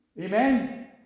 Amen